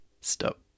stop